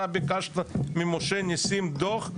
אתה ביקשת ממשה נסים דוח,